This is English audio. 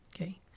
Okay